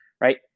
right